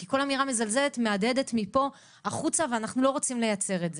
כי כל אמירה מזלזלת מהדהדת מפה החוצה ואנחנו לא רוצים לייצר את זה.